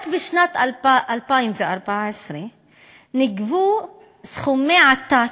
רק בשנת 2014 נגבו סכומי עתק,